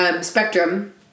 spectrum